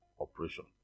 operation